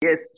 Yes